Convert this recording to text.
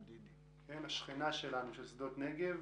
השכנה שלנו, של שדות נגב,